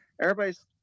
Everybody's